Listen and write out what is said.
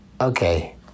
Okay